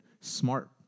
smart